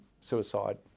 suicide